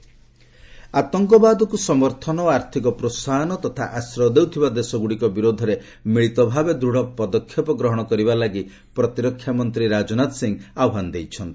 Rajnath South Korea ଆତଙ୍କବାଦକୁ ସମର୍ଥନ ଓ ଆର୍ଥକ ପ୍ରୋହାହନ ତଥା ଆଶ୍ରୟ ଦେଉଥିବା ଦେଶଗୁଡ଼ିକ ବିରୋଧରେ ମିଳିତ ଭାବେ ଦୃଢ଼ ପଦକ୍ଷେପ ଗ୍ରହଣ କରିବା ଲାଗି ପ୍ରତିରକ୍ଷା ମନ୍ତ୍ରୀ ରାଜନାଥ ସିଂ ଆହ୍ୱାନ ଦେଇଛନ୍ତି